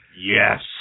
Yes